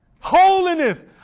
Holiness